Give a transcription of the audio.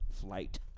flight